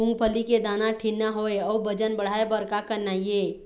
मूंगफली के दाना ठीन्ना होय अउ वजन बढ़ाय बर का करना ये?